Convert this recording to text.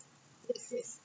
yes yes